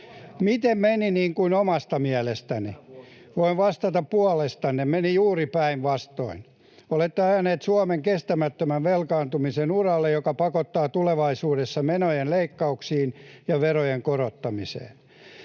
Miten meni niin kuin omasta mielestänne? Voin vastata puolestanne: meni juuri päinvastoin. Olette ajaneet Suomen kestämättömän velkaantumisen uralle, joka pakottaa tulevaisuudessa menojen leikkauksiin ja verojen korottamiseen.